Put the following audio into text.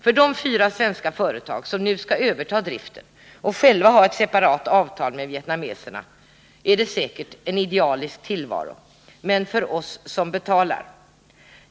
För de fyra svenska företag som nu skall överta driften och själva har ett separat avtal med vietnameserna är det säkert en idealisk tillvaro — men för oss som betalar?